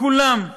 כולם,